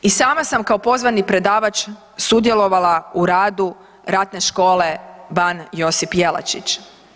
I sama sam kao pozvani predavač sudjelovala u radu Ratne škole Ban Josip Jelačić.